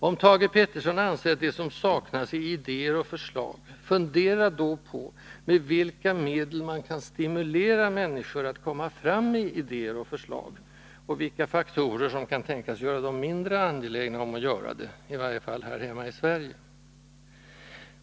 Om Thage Peterson anser att det som saknas är idéer och förslag, fundera då på med vilka medel man kan stimulera människor att komma fram med idéer och förslag — och vilka faktorer som kan tänkas göra dem mindre angelägna om att göra det, i varje fall här hemma i Sverige!